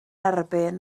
erbyn